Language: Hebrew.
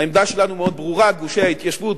העמדה שלנו מאוד ברורה: גושי ההתיישבות,